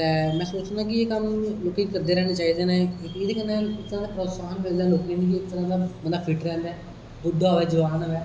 ते में सोचना कि एह् कम्म लोकें गी करदे रैहना चाहिदे ना स्हानू प्रोत्साहन मिली सकदा बंदा फिट रैहंदा ऐ बुड्ढा होवे जवान होवे